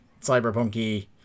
cyberpunky